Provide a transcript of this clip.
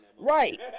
Right